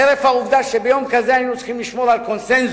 חרף העובדה שביום כזה היינו צריכים לשמור על קונסנזוס,